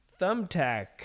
Thumbtack